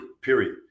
Period